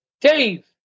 Dave